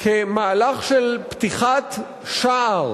כמהלך של פתיחת שער